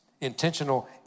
Intentional